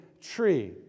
tree